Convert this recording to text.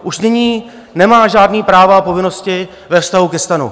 Už nyní nemá žádná práva a povinnosti ve vztahu ke STANu.